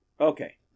Okay